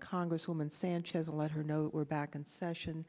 congresswoman sanchez and let her know we're back in session